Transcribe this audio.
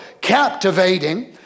captivating